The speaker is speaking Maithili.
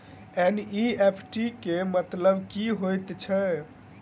एन.ई.एफ.टी केँ मतलब की हएत छै?